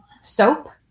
soap